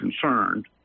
concerned